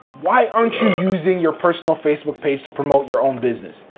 why aren't you using your personal facebook page to promote your own business?